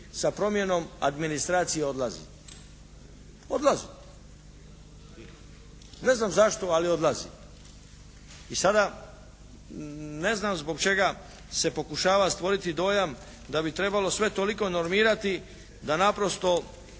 sa promjenom administracije odlazi. Odlazi. Ne znam zašto ali odlazi. I sada ne znam zbog čega se pokušava stvoriti dojam da bi trebalo sve toliko normirati da naprosto